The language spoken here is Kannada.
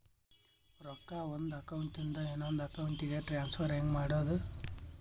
ರೊಕ್ಕ ಒಂದು ಅಕೌಂಟ್ ಇಂದ ಇನ್ನೊಂದು ಅಕೌಂಟಿಗೆ ಟ್ರಾನ್ಸ್ಫರ್ ಹೆಂಗ್ ಮಾಡೋದು?